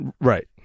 Right